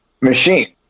machine